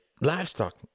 Livestock